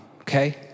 okay